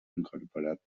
incorporat